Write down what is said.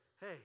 hey